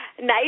nice